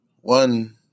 One